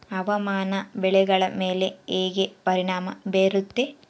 ಹವಾಮಾನ ಬೆಳೆಗಳ ಮೇಲೆ ಹೇಗೆ ಪರಿಣಾಮ ಬೇರುತ್ತೆ?